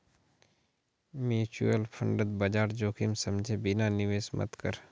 mutual फंडत बाजार जोखिम समझे बिना निवेश मत कर